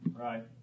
Right